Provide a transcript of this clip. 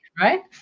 right